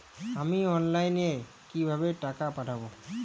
আমি অনলাইনে কিভাবে টাকা পাঠাব?